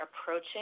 approaching